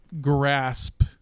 grasp